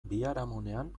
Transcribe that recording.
biharamunean